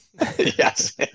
Yes